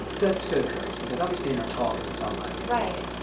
that's so courteous because i'll be staying there talking to somebody. right.